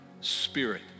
spirit